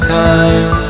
time